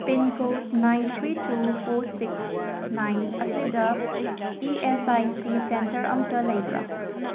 pincode nine three two four six nine ꯑꯁꯤꯗ E S I C centre ꯑꯃꯠꯇ ꯂꯩꯕ꯭ꯔꯥ